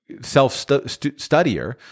self-studier